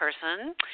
person